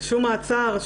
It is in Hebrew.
שום מעצר,